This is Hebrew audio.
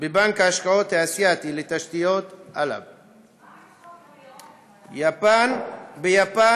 בבנק ההשקעות האסייתי לתשתיות, ALLB. יפן,